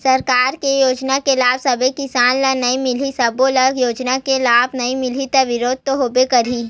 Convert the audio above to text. सरकार के योजना के लाभ सब्बे किसान ल नइ मिलय, सब्बो ल योजना के लाभ नइ मिलही त बिरोध तो होबे करही